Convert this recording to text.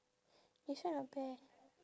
this one not bad